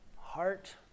heart